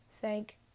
thank